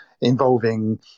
involving